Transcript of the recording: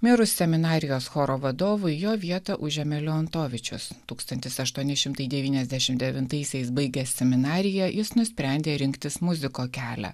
mirus seminarijos choro vadovui jo vietą užėmė leontovičius tūkstantis aštuoni šimtai devyniasdešim devintaisiais baigęs seminariją jis nusprendė rinktis muziko kelią